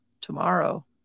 tomorrow